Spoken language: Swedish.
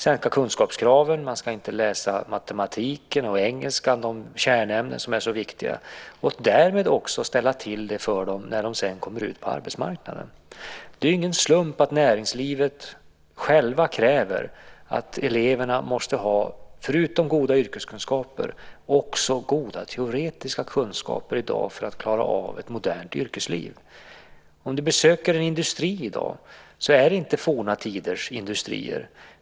Sänka kunskapskraven - man ska inte läsa matematiken och engelskan, de kärnämnen som är så viktiga - och därmed också ställa till det för dem när de sedan kommer ut på arbetsmarknaden. Det är ingen slump att näringslivet självt kräver att eleverna förutom goda yrkeskunskaper också måste ha goda teoretiska kunskaper för att klara av ett modernt yrkesliv. Om du besöker en industri i dag ser du att det inte är forna tiders industrier.